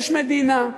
יש מדינה,